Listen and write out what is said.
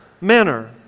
manner